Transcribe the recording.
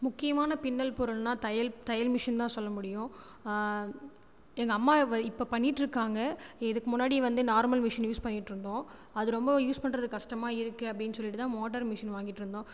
முக்கியமான பின்னல் பொருளுன்னால் தையல் தையல் மிஷின் தான் சொல்ல முடியும் எங்கள் அம்மா இப்போ பண்ணிகிட்டு இருக்காங்க இதுக்கு முன்னாடி வந்து நார்மல் மிஷின் யூஸ் பண்ணிகிட்டு இருந்தோம் அது ரொம்பவும் யூஸ் பண்ணுறதுக்கு கஷ்டமாக இருக்குது அப்படின்டு சொல்லிட்டு தான் மோட்டர் மிஷின் வாங்கிட்டுருந்தோம்